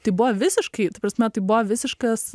tai buvo visiškai ta prasme tai buvo visiškas